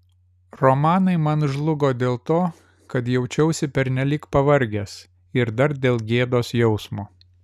romanai man žlugo dėl to kad jaučiausi pernelyg pavargęs ir dar dėl gėdos jausmo